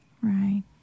Right